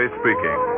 speaking